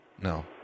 No